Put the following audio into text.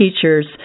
teachers